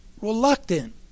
reluctant